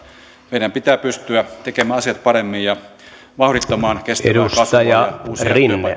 meidän pitää pystyä tekemään asiat paremmin ja vauhdittamaan kestävää kasvua ja uusia